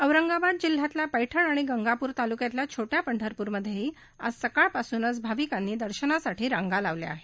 औरंगाबाद जिल्ह्यातल्या पैठण आणि गंगापूर तालुक्यातल्या छोट्या पंढरपूरमध्येही आज सकाळपासूनच भाविकांनी दर्शनासाठी रांगा लावल्या आहेत